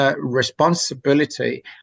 Responsibility